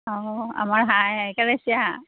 অঁ আমাৰ হাঁহ কেৰেচীয়া হাঁহ